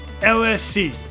LSC